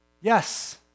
Yes